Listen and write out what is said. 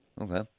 Okay